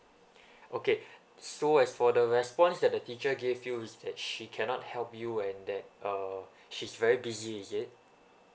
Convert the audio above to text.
okay so as for the response that the teacher gave you is that she cannot help you and that uh she's very busy is it